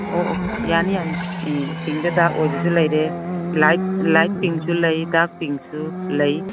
ꯑꯣ ꯑꯣ ꯌꯥꯅꯤ ꯌꯥꯅꯤ ꯄꯤꯡꯗ ꯗꯥꯛ ꯑꯣꯏꯕꯁꯨ ꯂꯩꯔꯦ ꯂꯥꯏꯠ ꯂꯥꯏꯠ ꯄꯤꯡꯁꯨ ꯂꯩ ꯗꯥꯛ ꯄꯤꯡꯁꯨ ꯂꯩ